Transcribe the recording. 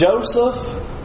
Joseph